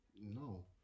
no